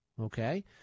okay